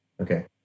Okay